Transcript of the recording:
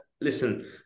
listen